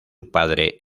padre